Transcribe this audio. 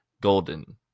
Golden